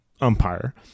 umpire